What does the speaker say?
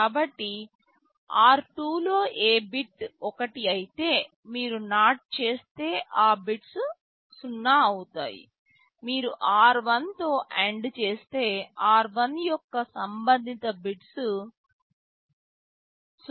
కాబట్టి r2 లో ఏ బిట్ 1 అయితే మీరు NOT చేస్తే ఆ బిట్స్ 0 అవుతాయి మీరు r1 తో AND చేస్తే r1 యొక్క సంబంధిత బిట్స్ 0 అవుతాయి